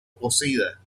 cocida